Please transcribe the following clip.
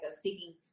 seeking